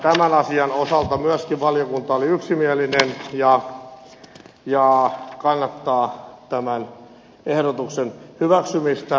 myöskin tämän asian osalta valiokunta oli yksimielinen ja kannattaa tämän ehdotuksen hyväksymistä